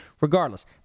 Regardless